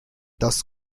das